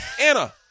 Anna